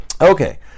okay